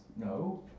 no